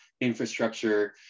infrastructure